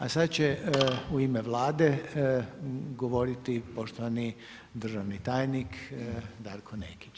A sada će u ime Vlade govoriti poštovani državni tajnik Darko Nekić.